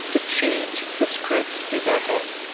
to change the scripts in their head.